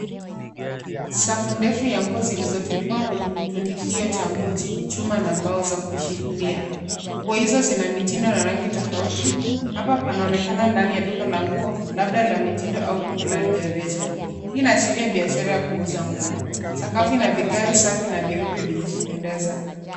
Safu ndefu ya nguo zilizotundikwa kwenye kitudikio cha nguo chenye chuma na mbao za kushikilia. Nguo hizo zina mitindo na rangi tofauti. Hapa panaonekana ndani ya duka la nguo, labda la mitindo au duka la rejareja. Hii inaashiria biashara ya kuuza nguo. Sakafu ina vigae safi na vieupe vyenye kupendeza.